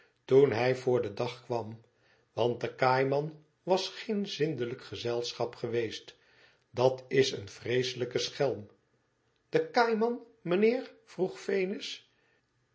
toen hij voor den dag kwam want de kaaiman was geen zindelijk gezelschap geweest dat is een vreeselijke schelm de kaaiman mijnheer vroeg venus